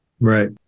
Right